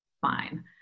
fine